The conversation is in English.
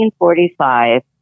1945